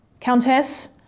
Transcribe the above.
Countess